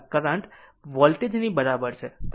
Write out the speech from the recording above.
આ current m voltage ની બરાબર છે